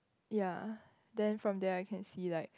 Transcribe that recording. ya then from there I can see like